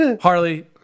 harley